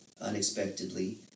unexpectedly